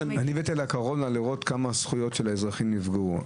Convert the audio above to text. כדי להראות כמה הזכויות של האזרחים נפגעו.